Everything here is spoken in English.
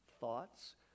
thoughts